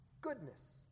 goodness